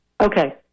Okay